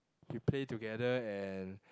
we play together and